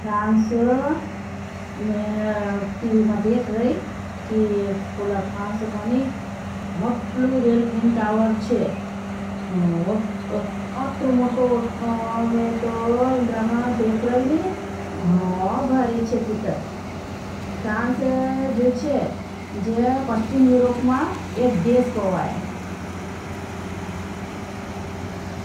प्रांस मैं टीवी मां देख रही कि पुलाप्खांस मनी मटलू देलफिन टावर छे। अत्रमोतो मैं तो इंड्रामां देख रही नी गनो भरी छे तितर प्रांस जो चे। जे पस्टिम इरोप मां एक देश को वाई